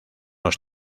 los